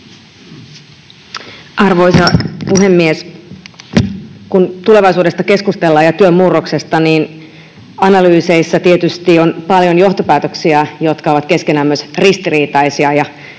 Arvoisa puhemies! Kun keskustellaan tulevaisuudesta ja työn murroksesta, niin analyyseissä tietysti on paljon johtopäätöksiä, jotka ovat keskenään myös ristiriitaisia.